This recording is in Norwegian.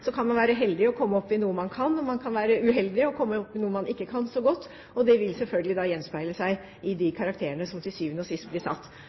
uheldig og komme opp i noe man ikke kan så godt, og det vil selvfølgelig gjenspeile seg i de karakterene som til syvende og sist blir satt.